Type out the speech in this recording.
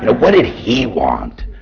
what did he want?